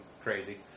crazy